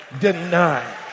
denied